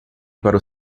para